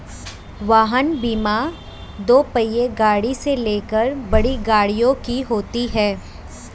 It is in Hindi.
वाहन बीमा दोपहिया गाड़ी से लेकर बड़ी गाड़ियों की होती है